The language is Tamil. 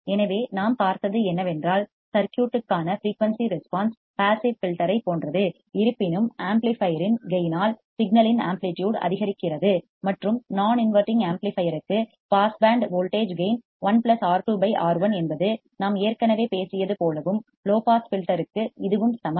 எனவே நாம் பார்த்தது என்னவென்றால் சர்க்யூட்கான ஃபிரீயூன்சி ரெஸ்பான்ஸ் பாசிவ் ஃபில்டர் ஐப் போன்றது இருப்பினும் ஆம்ப்ளிபையர்யின் கேயின் ஆல் சிக்னல் இன் ஆம்ப்ளிடியூட் அதிகரிக்கிறது மற்றும் நான் இன்வடிங் ஆம்ப்ளிபையர் க்கு pass band voltage gain 1 R2 R1 என்பது நாம் ஏற்கனவே பேசியது போலவும் லோ பாஸ் ஃபில்டர் க்கு இதுவும் சமம்